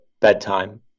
bedtime